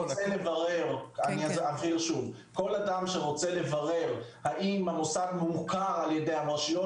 אני אבהיר שוב: כל אדם שרוצה לברר האם המוסד מוכר על-ידי הרשויות